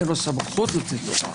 אין לו סמכות לכך.